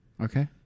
Okay